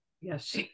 Yes